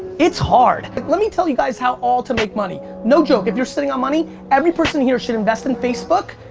it's hard. let me tell you guys how all to make money. no joke, if you're sitting on money, every person here should invest in facebook,